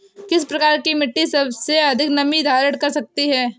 किस प्रकार की मिट्टी सबसे अधिक नमी धारण कर सकती है?